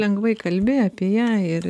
lengvai kalbi apie ją ir